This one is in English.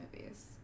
movies